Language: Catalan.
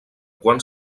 quan